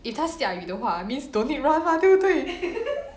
if 它下雨的话 means don't need run mah 对不对